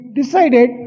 decided